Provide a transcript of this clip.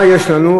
מה יש לנו?